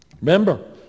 Remember